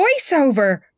voiceover